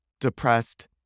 depressed